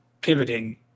pivoting